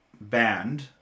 band